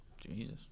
Jesus